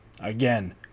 Again